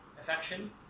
affection